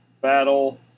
Battle